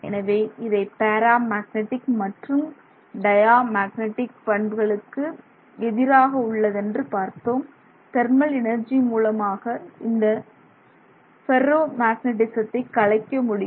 எனவே இதை paramagnetic மற்றும் டயாபட்டிக் மேக்னெட்டிக் பண்புகளுக்கு எதிராக உள்ளதென்று பார்த்தோம் தெர்மல் எனர்ஜி மூலமாக இந்தஃபெர்ரோ மேக்னெட்டிசத்தை கலைக்க முடியும்